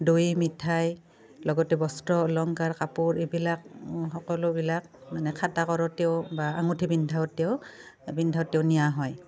দৈ মিঠাই লগতে বস্ত্ৰ অলংকাৰ কাপোৰ এইবিলাক সকলোবিলাক মানে খাতা কৰোঁতেও বা আঙুঠি পিন্ধাওঁতেও পিন্ধাওঁতেও নিয়া হয়